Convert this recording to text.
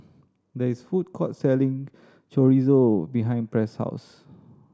there is a food court selling Chorizo behind Press' house